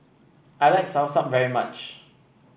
I like soursop very much